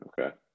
okay